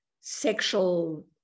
sexual